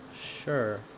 Sure